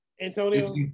Antonio